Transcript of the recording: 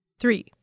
Three